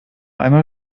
einmal